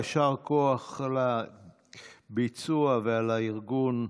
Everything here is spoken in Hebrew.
יישר כוח על הביצוע ועל הארגון.